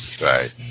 Right